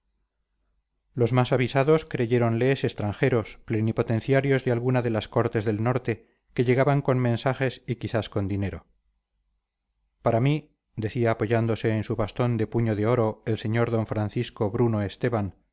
los más avisados creyéronles extranjeros plenipotenciarios de alguna de las cortes del norte que llegaban con mensajes y quizás con dinero para mí decía apoyándose en su bastón de puño de oro el señor d francisco bruno esteban